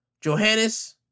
Johannes